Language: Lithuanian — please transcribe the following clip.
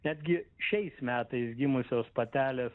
netgi šiais metais gimusios patelės